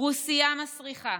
רוסייה מסריחה.